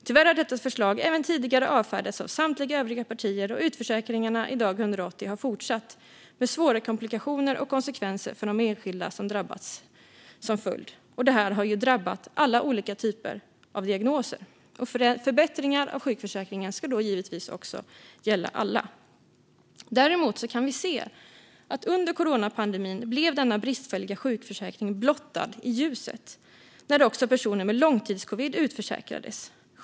Tyvärr har förslaget även tidigare avfärdats av samtliga övriga partier, och utförsäkringarna dag 180 har fortsatt med svåra komplikationer och konsekvenser för de enskilda som drabbats som följd. Detta har drabbat alla olika slags diagnoser. Förbättringar av sjukförsäkringen ska givetvis gälla alla. Under coronapandemin har den bristfälliga sjukförsäkringen blivit blottad i ljuset när också personer med långtidscovid utförsäkrades.